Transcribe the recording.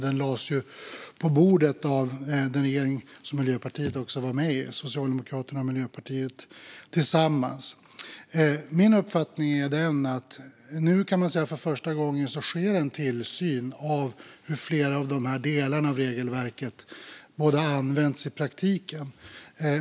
Den lades på bordet av den regering som Miljöpartiet också var med i, alltså Socialdemokraterna och Miljöpartiet tillsammans. Min uppfattning är att man nu för första gången kan säga att det sker en tillsyn av hur flera av dessa delar av regelverket används i praktiken.